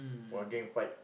got gang fight